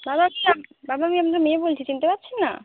বাবা আমি আপনার মেয়ে বলছি চিনতে পারছেন না